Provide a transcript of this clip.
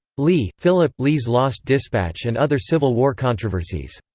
leigh, philip lee's lost dispatch and other civil war controversies.